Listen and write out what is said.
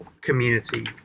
community